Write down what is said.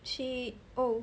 she oh